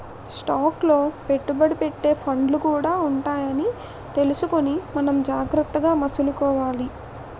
stock లో పెట్టుబడి పెట్టే ఫండ్లు కూడా ఉంటాయని తెలుసుకుని మనం జాగ్రత్తగా మసలుకోవాలి